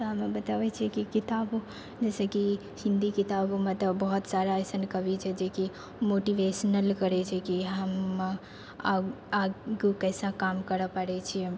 तऽ हम बताबै छी कि किताब जैसे कि हिन्दी किताब मतलब बहुत सारा अइसन कवि छथि जेकि मोटिवेशनल करै छै कि हम आगू कैसा काम करऽ पड़ै छै